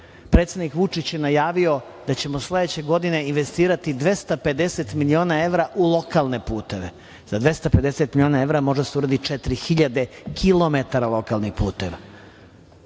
Predsednik Vučić je najavio da ćemo sledeće godine investirati 250 miliona evra u lokalne puteve. Za 250 miliona evra može da se uradi 4000 kilometara lokalnih puteva.